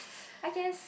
I guess